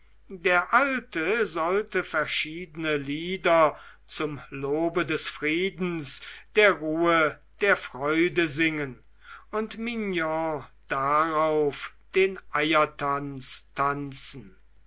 der alte sollte verschiedene lieder zum lobe des friedens der ruhe der freude singen und mignon darauf den eiertanz tanzen